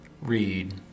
read